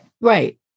right